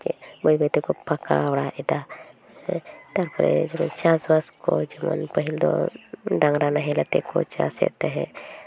ᱵᱟᱹᱭ ᱵᱟᱹᱭ ᱛᱮᱠᱚ ᱯᱟᱠᱟ ᱚᱲᱟᱜ ᱮᱫᱟ ᱦᱮᱸ ᱛᱟᱨᱯᱚᱨᱮ ᱪᱟᱥᱼᱵᱟᱥ ᱠᱚ ᱯᱟᱹᱦᱤᱞ ᱫᱚ ᱰᱟᱝᱨᱟ ᱱᱟᱦᱮᱞ ᱟᱛᱮ ᱠᱚ ᱪᱟᱥᱮᱜ ᱛᱟᱦᱮᱸᱜ